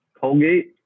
Colgate